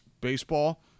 baseball